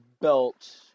belt